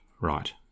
right